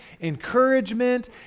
encouragement